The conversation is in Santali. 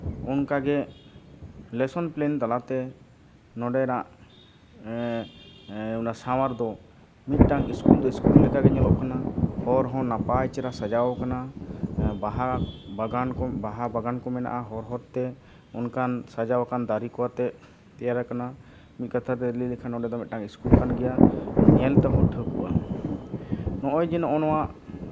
ᱚᱠᱟᱜᱮ ᱞᱮᱥᱮᱱ ᱯᱞᱮᱱ ᱛᱟᱞᱟᱛᱮ ᱱᱚᱸᱰᱮᱱᱟᱜ ᱥᱟᱶᱟᱨ ᱫᱚ ᱢᱤᱫᱴᱟᱱ ᱤᱥᱠᱩᱞ ᱫᱚ ᱤᱥᱠᱩᱞ ᱞᱮᱠᱟᱜᱮ ᱧᱮᱞᱚᱜ ᱠᱟᱱᱟ ᱦᱚᱨ ᱦᱚᱸ ᱱᱟᱯᱟᱭ ᱪᱮᱦᱨᱟ ᱥᱟᱡᱟᱣ ᱠᱟᱱᱟ ᱵᱟᱦᱟ ᱵᱟᱜᱟᱱ ᱠᱚ ᱵᱟᱦᱟ ᱵᱟᱜᱟᱱ ᱠᱚ ᱢᱮᱱᱟᱜᱼᱟ ᱦᱚᱨ ᱦᱚᱨᱛᱮ ᱚᱱᱠᱟᱱ ᱥᱟᱡᱟᱣ ᱟᱠᱟᱱ ᱫᱟᱨᱮ ᱠᱚ ᱟᱛᱮᱫ ᱛᱮᱭᱟᱨ ᱟᱠᱟᱱᱟ ᱢᱤᱫ ᱠᱟᱛᱷᱟ ᱛᱮ ᱞᱟᱹᱭ ᱞᱮᱠᱷᱟᱱ ᱱᱚᱸᱰᱮ ᱫᱚ ᱢᱤᱫᱴᱟᱱ ᱤᱥᱠᱩᱞ ᱠᱟᱱ ᱜᱮᱭᱟ ᱧᱮᱞ ᱛᱮᱦᱚᱸ ᱴᱷᱟᱹᱶᱠᱟᱹᱜᱼᱟ ᱱᱚᱜᱼᱚᱭ ᱡᱮ ᱱᱚᱜᱼᱚ ᱱᱚᱣᱟ